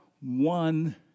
one